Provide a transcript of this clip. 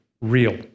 real